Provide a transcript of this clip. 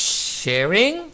sharing